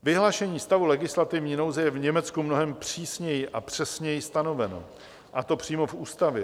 Vyhlášení stavu legislativní nouze je v Německu přísněji a přesněji stanoveno, a to přímo v ústavě.